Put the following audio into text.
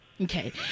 Okay